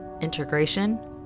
integration